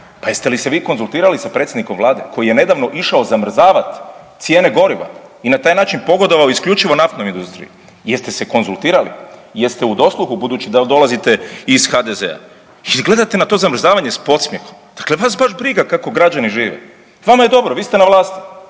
Pa jeste li se vi konzultirali sa predsjednikom Vlade koji je nedavno išao zamrzavati cijene goriva i na taj način pogodovao isključivo naftnoj industriji. Jeste se konzultirali? Jeste u dosluhu budući da dolazite iz HDZ-a? I gledate na to zamrzavanje s podsmjehom. Dakle, vas baš briga kako građani žive, vama je dobro, vi ste na vlasti